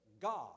God